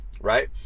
right